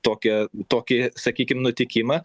tokią tokį sakykim nutikimą